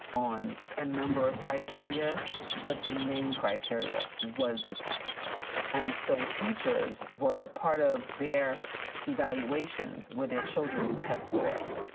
on a number of criteria but the main criteria was the tests and so teachers were part of their evaluations with their children's test scores.